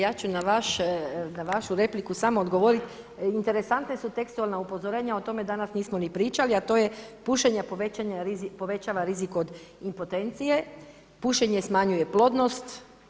Ja ću na vašu repliku samo odgovoriti, interesantne su tekstualna upozorenja o tome danas nismo ni pričali a to je pušenje povećava rizik od impotencije, pušenje smanjuje plodnost.